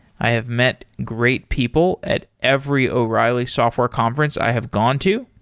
i have met great people at every o'reilly software conference i have gone to,